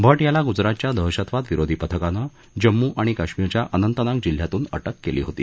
भट याला गुजरातच्या दहशतवादविरोधी पथकानं जम्मू आणि काश्मीरच्या अनंतनाग जिल्ह्यातून अटक केली होती